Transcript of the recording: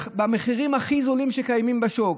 ובמחירים הכי נמוכים שקיימים בשוק,